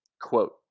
Quote